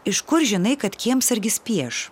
iš kur žinai kad kiemsargis pieš